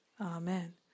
Amen